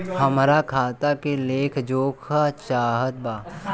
हमरा खाता के लेख जोखा चाहत बा?